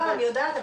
אני יודעת,